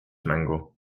mängu